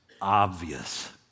obvious